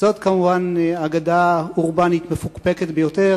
זאת כמובן אגדה אורבנית מפוקפקת ביותר,